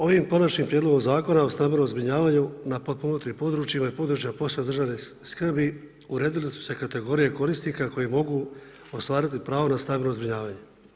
Ovim Konačnim prijedlogom Zakona o stambenom zbrinjavanju na potpomognutim područjima i područjima posebne državne skrbi uredile su se kategorije korisnika koje mogu ostvariti pravo na stambeno zbrinjavanje.